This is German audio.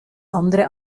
andere